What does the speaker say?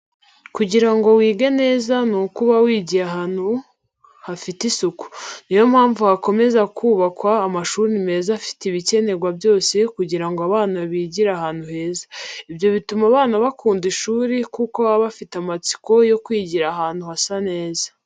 Kugira ngo wige neza, ni uko uba wigiye n'ahantu hafite isuku. Niyo mpamvu hakomeza kubakwa amashuri meza afite ibikenerwa byose kugira ngo abana bigire ahantu heza. Ibyo bituma abana bakunda ishuri kuko baba bafite amatsiko yo kwigira ahantu hasa neza.